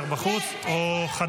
בבקשה, משה,